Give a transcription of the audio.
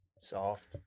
Soft